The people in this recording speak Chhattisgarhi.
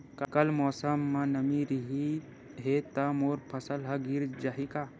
कल मौसम म नमी रहिस हे त मोर फसल ह गिर जाही का?